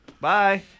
Bye